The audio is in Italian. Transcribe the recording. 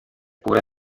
pura